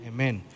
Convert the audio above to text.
Amen